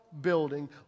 building